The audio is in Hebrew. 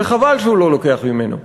וחבל שהוא לא לוקח ממנו,